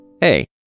Hey